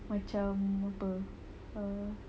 macam apa